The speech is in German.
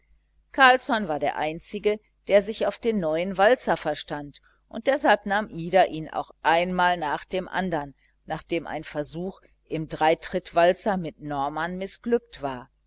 carlsson war der einzige der sich auf den neuen walzer verstand und deshalb nahm ida ihn auch einmal nach dem andern nachdem ein versuch im dreitrittwalzer mit norman mißglückt war